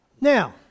Now